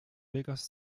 vegas